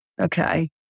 Okay